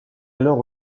alors